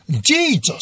Jesus